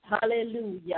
Hallelujah